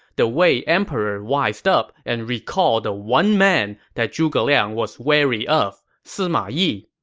the wei emperor wised up and recalled the one man that zhuge liang was wary of sima yi.